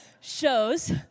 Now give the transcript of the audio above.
shows